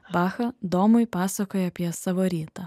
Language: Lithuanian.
bacha domui pasakoja apie savo rytą